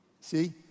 See